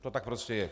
To tak prostě je.